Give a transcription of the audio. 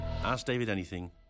AskDavidAnything